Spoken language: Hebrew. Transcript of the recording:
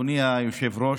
אדוני היושב-ראש,